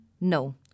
No